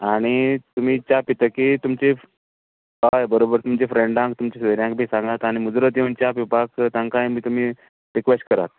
आनी तुमी च्या पितकीर तुमचें हय बरोबर तुमचें फ्रेण्डांक तुमचें सोयऱ्यांक बी सांगात आनी मुजरत योवन च्या पिवपाक तांकांय बी तुमी रिक्वेश्ट करात